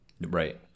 Right